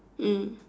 mm